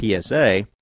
PSA